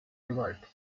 gewalt